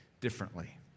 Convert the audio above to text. differently